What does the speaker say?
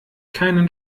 keinen